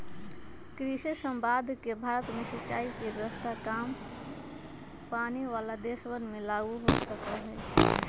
कृषि समवाद से भारत में सिंचाई के व्यवस्था काम पानी वाला देशवन में लागु हो सका हई